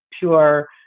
pure